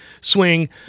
swing